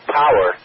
power